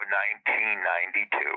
1992